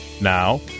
Now